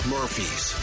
Murphys